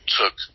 took